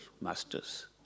masters